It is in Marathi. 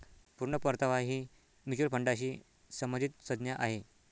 पूर्ण परतावा ही म्युच्युअल फंडाशी संबंधित संज्ञा आहे